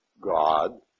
God